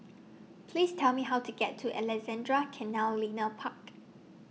Please Tell Me How to get to Alexandra Canal Linear Park